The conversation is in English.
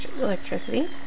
electricity